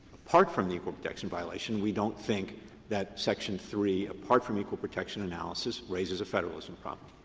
apart from the equal protection violation, we don't think that section three apart from equal protection analysis raises a federalism problem.